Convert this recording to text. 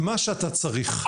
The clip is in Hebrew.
מה שאתה צריך.